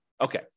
Okay